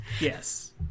Yes